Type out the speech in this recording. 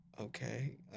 okay